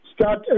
start